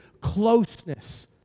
closeness